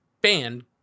band